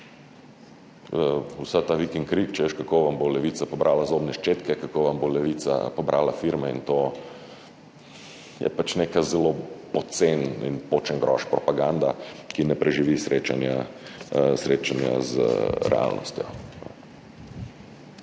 Ves ta vik in krik, češ kako vam bo Levica pobrala zobne ščetke, kako vam bo Levica pobrala firme, je pač neka zelo poceni in počen groš propaganda, ki ne preživi srečanja z realnostjo.